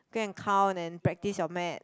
go and count then practise your math